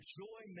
joy